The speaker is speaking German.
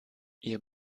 ihr